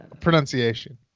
Pronunciation